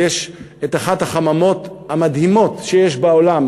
אבל אחת החממות המדהימות שיש בעולם